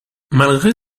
malgré